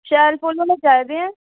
शैल फुल्ल होने चाहिदे न